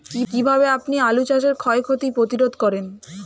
কীভাবে আপনি আলু চাষের ক্ষয় ক্ষতি প্রতিরোধ করেন?